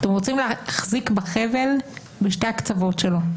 אתם רוצים להחזיק בחבל בשני הקצוות שלו,